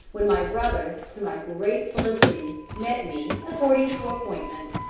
when my brother, to my great felicity, met me, according to appointment,